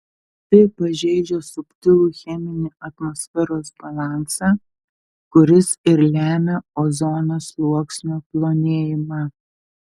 tai pažeidžia subtilų cheminį atmosferos balansą kuris ir lemia ozono sluoksnio plonėjimą